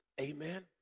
Amen